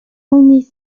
only